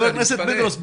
חבר הכנסת פינדרוס,